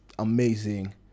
Amazing